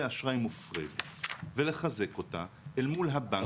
אשראי מופרטת ולחזק אותה אל מול הבנקים.